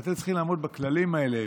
ואתם צריכים לעמוד בכללים האלה,